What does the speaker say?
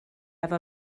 efo